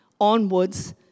onwards